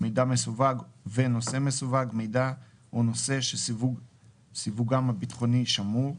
"מידע מסווג" ו-"נושא מסווג" מידע או נושא שסיווגם הביטחוני "שמור",